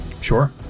Sure